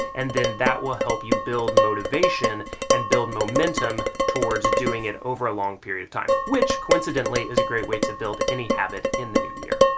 and then that will help you build motivation and build momentum towards doing it over a long period of time, which coincidentally is a great way to build any habits in the new year.